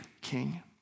king